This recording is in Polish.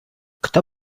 kto